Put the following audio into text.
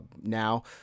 now